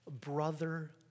brother